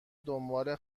دنبال